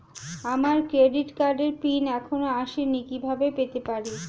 আমার ক্রেডিট কার্ডের পিন এখনো আসেনি কিভাবে পেতে পারি?